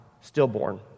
stillborn